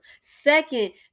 second